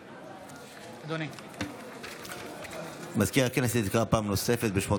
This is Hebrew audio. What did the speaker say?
בעד מזכיר הכנסת יקרא פעם נוספת בשמות